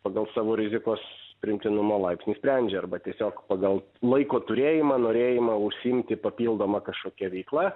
pagal savo rizikos priimtinumo laipsnį sprendžia arba tiesiog pagal laiko turėjimą norėjimą užsiimti papildoma kažkokia veikla